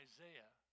Isaiah